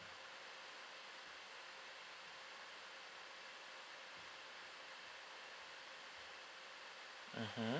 mmhmm